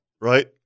right